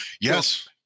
Yes